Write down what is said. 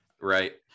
right